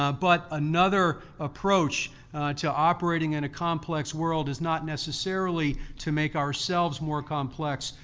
ah but another approach to operating in a complex world is not necessarily to make ourselves more complex,